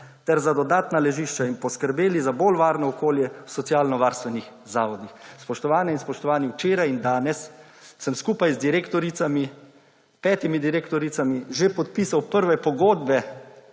ter za dodatna ležišča in poskrbeli za bolj varno okolje v socialno varstvenih zavodih. Spoštovane in spoštovani, včeraj in danes sem skupaj s petimi direktoricami že podpisal prve pogodbe